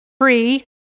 free